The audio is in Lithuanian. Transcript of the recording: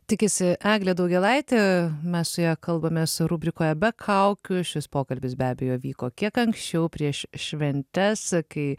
tikisi eglė daugėlaitė mes su ja kalbamės rubrikoje be kaukių šis pokalbis be abejo vyko kiek anksčiau prieš šventes kai